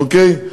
אוקיי?